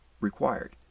required